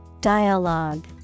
Dialogue